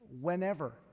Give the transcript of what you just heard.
whenever